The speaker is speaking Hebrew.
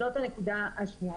זאת הנקודה השנייה.